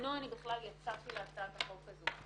בגינו אני בכלל יצאתי להצעת החוק הזו,